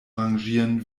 rangieren